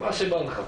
תמיד ענו בנימוס,